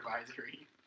advisory